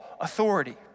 authority